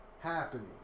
happening